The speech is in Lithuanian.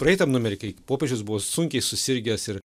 praeitam numery kai popiežius buvo sunkiai susirgęs ir